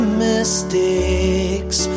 mistakes